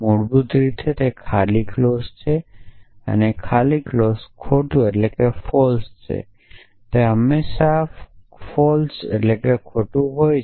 મૂળભૂત રીતે તે ખાલી ક્લોઝ છે ખાલી ક્લોઝ ખોટું છે અથવા તે હંમેશા ખોટું હોય છે